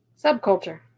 Subculture